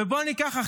בוא ניקח,